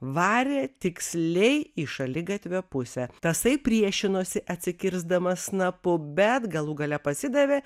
varė tiksliai į šaligatvio pusę tasai priešinosi atsikirsdamas snapu bet galų gale pasidavė